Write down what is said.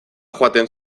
joaten